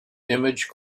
image